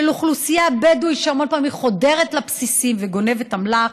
של אוכלוסייה בדואית שהמון פעמים חודרת לבסיסית וגונבת אמל"ח,